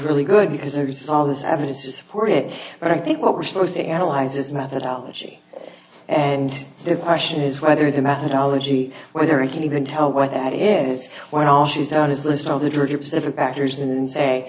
really good because there's all this evidence to support it but i think what we're supposed to analyze is methodology and the question is whether the methodology whether it can even tell what that is what all she's down his list all the dirty pacific factors and say